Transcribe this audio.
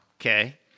Okay